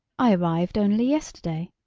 i arrived only yesterday.